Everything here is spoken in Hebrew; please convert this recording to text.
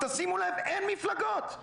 שימו לב - אין מפלגות.